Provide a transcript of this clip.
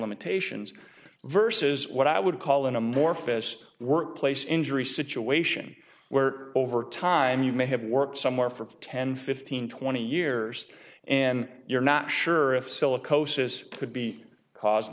limitations versus what i would call an amorphous workplace injury situation where over time you may have worked somewhere for ten fifteen twenty years and you're not sure if silicosis could be caused